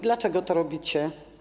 Dlaczego to robicie?